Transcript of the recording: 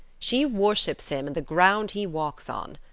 she worships him and the ground he walks on.